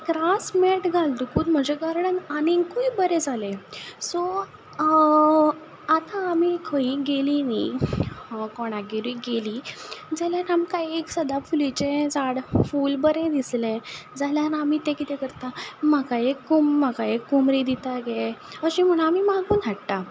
तें grass mat घालतकूच म्हजें गार्डन आनीकूय बरें जालें सो आतां आमी खंयी गेलीं न्ही कोणागेरूय गेलीं जाल्यार आमकां एक सदाफुलीचें झाड फूल बरें दिसलें जाल्यार आमी तें कितें करता म्हाका एक कोम म्हाका एक कोमरी दिता गे अशें म्हूण आमी मागून हाडटा